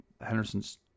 Henderson's